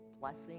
blessing